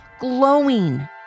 glowing